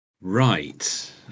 Right